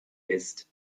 ist